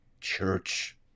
church